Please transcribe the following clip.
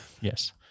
Yes